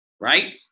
Right